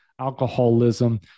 alcoholism